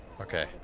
okay